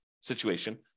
situation